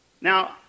now